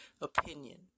opinion